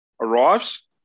Arrives